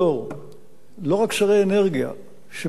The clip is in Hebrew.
לא רק שרי אנרגיה שמתעסקים בתשתיות,